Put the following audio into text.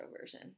version